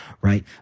right